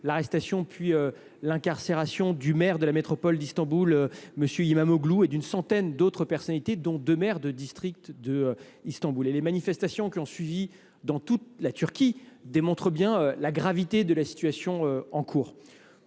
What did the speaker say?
l’arrestation, puis l’incarcération du maire de la métropole d’Istanbul, M. Imamoglu, et d’une centaine d’autres personnalités, dont deux maires de district de cette ville. Les manifestations qui ont suivi dans toute la Turquie démontrent bien la gravité de la situation. Disons